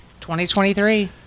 2023